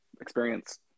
experience